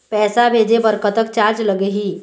पैसा भेजे बर कतक चार्ज लगही?